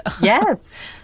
Yes